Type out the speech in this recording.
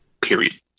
period